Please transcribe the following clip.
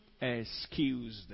excused